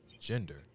gender